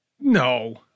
No